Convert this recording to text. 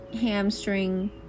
hamstring